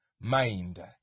mind